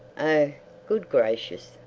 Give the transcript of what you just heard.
oh good gracious!